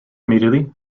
immediately